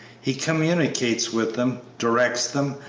he communicates with them, directs them,